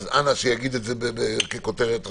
אנא שיגיד את זה ככותרת ראשית.